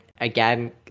again